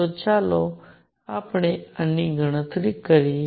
તો ચાલો આપણે આની ગણતરી કરીએ